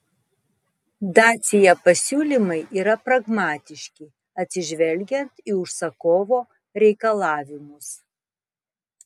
dacia pasiūlymai yra pragmatiški atsižvelgiant į užsakovo reikalavimus